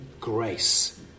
grace